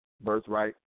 birthright